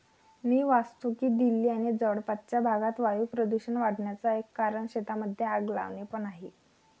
मी वाचतो की दिल्ली आणि जवळपासच्या भागात वायू प्रदूषण वाढन्याचा एक कारण शेतांमध्ये आग लावणे पण आहे